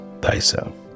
thyself